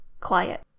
quiet